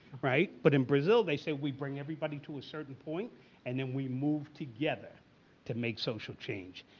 right? but in brazil they say we bring everybody to a certain point and then we move together to make social change.